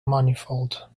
manifold